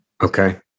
Okay